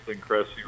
Cressy